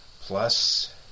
plus